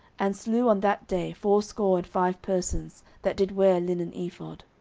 and slew on that day fourscore and five persons that did wear a linen ephod.